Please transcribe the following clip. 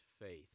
Faith